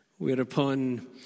Whereupon